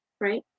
right